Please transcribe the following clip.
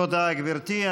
תודה, גברתי.